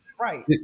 right